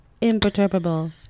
imperturbable